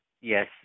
yes